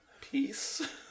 Peace